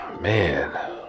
man